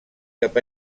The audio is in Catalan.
cap